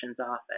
office